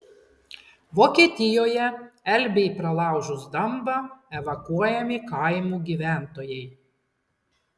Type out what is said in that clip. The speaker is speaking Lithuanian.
vokietijoje elbei pralaužus dambą evakuojami kaimų gyventojai